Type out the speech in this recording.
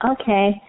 Okay